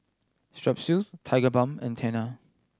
Strepsils Tigerbalm and Tena